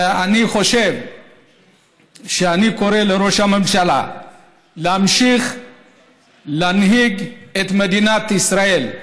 אני חושב שאני קורא לראש הממשלה להמשיך להנהיג את מדינת ישראל,